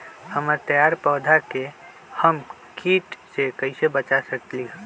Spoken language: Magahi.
हमर तैयार पौधा के हम किट से कैसे बचा सकलि ह?